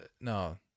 no